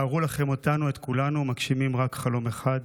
תתארו לכם אותנו, את כולנו, מגשימים רק חלום אחד,